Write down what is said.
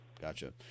gotcha